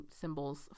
symbols